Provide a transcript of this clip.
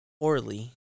poorly